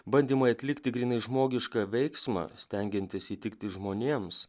bandymai atlikti grynai žmogišką veiksmą stengiantis įtikti žmonėms